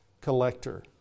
collector